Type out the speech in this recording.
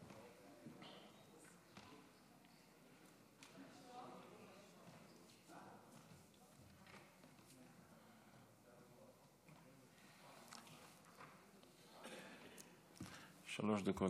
שלוש דקות